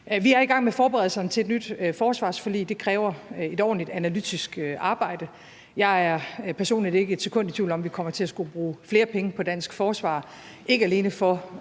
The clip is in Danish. Vi er i gang med forberedelserne til et nyt forsvarsforlig. Det kræver et ordentligt analytisk arbejde. Jeg er personligt ikke et sekund i tvivl om, at vi kommer til at skulle bruge flere penge på dansk forsvar, ikke alene for